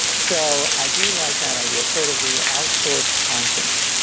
so i do like that idea. it's sort of the outsourced conscience.